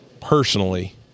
personally